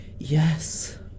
Yes